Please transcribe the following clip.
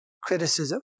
criticism